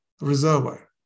reservoir